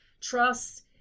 trust